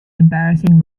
embarrassing